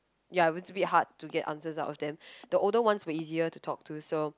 ya it was a bit hard to get answer out of them the older ones will be easier to talk to so